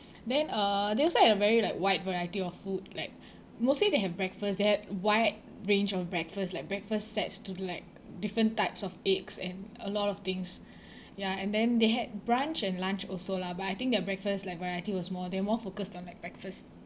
then uh they also had a very like wide variety of food like mostly they have breakfast they had wide range of breakfast like breakfast sets to like different types of eggs and a lot of things ya and then they had brunch and lunch also lah but I think their breakfast like variety was more they were more focused on like breakfast